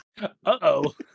Uh-oh